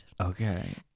okay